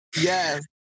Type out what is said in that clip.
Yes